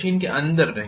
machine के अंदर नहीं